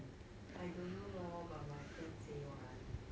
I don't know lor but my friend say one